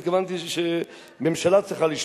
התכוונתי לזה שממשלה צריכה לשלוט.